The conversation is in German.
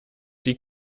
die